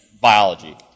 biology